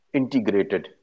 integrated